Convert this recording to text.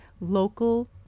local